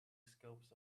scopes